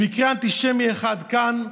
במקרה אנטישמי אחד כאן,